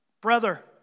brother